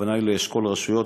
הכוונה היא לאשכול רשויות,